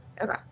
Okay